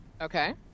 Okay